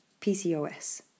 PCOS